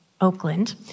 Oakland